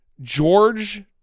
George